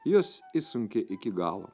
juos išsunkė iki galo